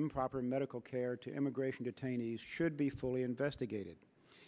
improper medical care to immigration detainees should be fully investigated